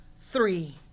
Three